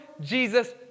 Jesus